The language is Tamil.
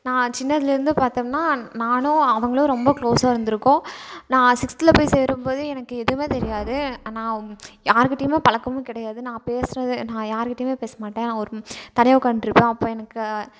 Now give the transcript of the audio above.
நான் சின்னதுலேருந்து பார்த்தோம்னா நானும் அவங்களும் ரொம்ப கிளோஸாக இருந்துருக்கோம் நான் சிக்ஸ்த்தில் போய் சேரும்போது எனக்கு எதுவுமே தெரியாது நான் யாருக்கிட்டேயுமே பழக்கமும் கிடையாது நான் பேசுகிறது நான் யாருக்கிட்டேயுமே பேசமாட்டேன் நான் ஒரு ம் தனியாக உக்காந்துட்ருப்பேன் அப்போ எனக்கு